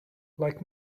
like